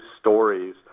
stories